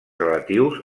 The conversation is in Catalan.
relatius